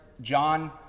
John